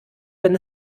wenn